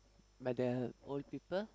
but the old people